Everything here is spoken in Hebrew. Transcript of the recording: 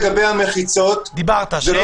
לגבי המחיצות לפי